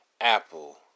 Apple